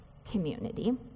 community